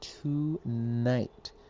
tonight